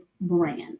brand